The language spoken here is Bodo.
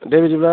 दे बिदिब्ला